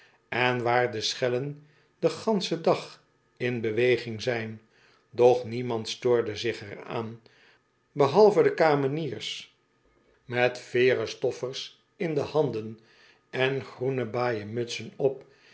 en waar de schellen den ganschen dag in beweging zijn doch niemand stoorde zich er aan behalve de kameniers met veeren stoffers in de handen en groene baaien mutsen op